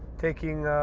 taking,